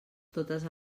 totes